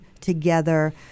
together